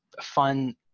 fun